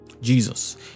Jesus